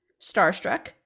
Starstruck